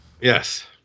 Yes